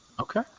okay